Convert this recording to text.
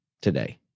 today